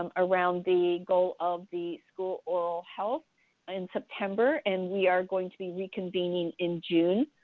um around the goal of the school oral health in september, and we are going to be reconvening in june.